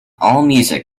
allmusic